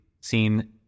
seen